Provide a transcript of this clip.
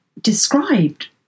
described